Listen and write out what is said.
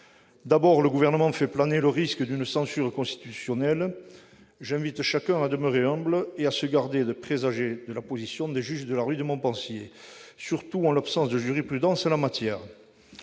d'abord, le Gouvernement fait planer le risque d'une censure constitutionnelle. J'invite chacun à demeurer humble et à se garder de présager de la position des juges de la rue de Montpensier, surtout dans un domaine